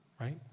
Right